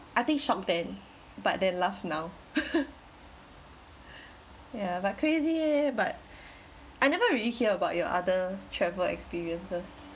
I think shocked then but then laugh now yeah like crazy eh but I never really hear about your other travel experiences